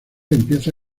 empieza